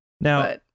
Now